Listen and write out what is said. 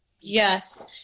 Yes